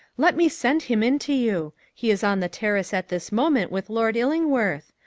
let me send him in to you. he is on the terrace at this moment with lord illingworth.